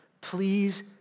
please